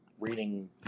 reading